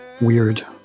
Weird